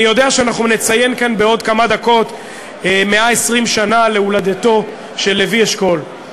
אני יודע שאנחנו נציין כאן בעוד כמה דקות 120 שנה להולדתו של לוי אשכול,